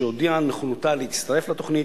שהודיעה על נכונותה להצטרף לתוכנית,